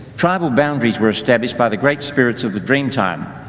tribal boundaries were established by the great spirits of the dreamtime.